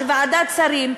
שוועדת שרים,